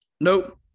Nope